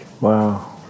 Wow